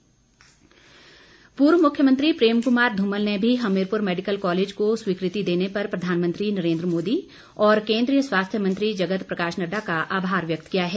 धुमल पूर्व मुख्यमंत्री प्रेम कुमार धूमल ने भी हमीरपुर मैडिकल कॉलेज को स्वीकृति देने पर प्रधानमंत्री नरेन्द्र मोदी और केंद्रीय स्वास्थ्य मंत्री जगत प्रकाश नड्डा का आभार व्यक्त किया है